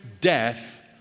death